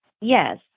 yes